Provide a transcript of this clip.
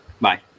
Bye